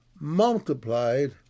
multiplied